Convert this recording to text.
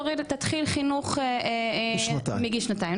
תתחיל חינוך מגיל שנתיים,